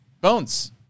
Bones